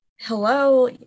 hello